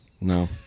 No